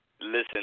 Listen